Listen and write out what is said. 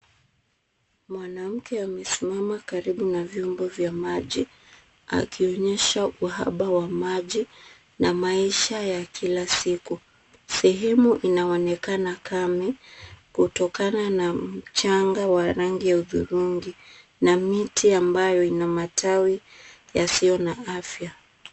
Mwanamke amesimama karibu na vyombo vya maji, akionyesha uhaba wa maji na maisha ya kila siku. Sehemu inaonekana kame kutokana na mchanga wa rangi ya hudhurungi na miti ambayo ina matawi yasiyo na afya.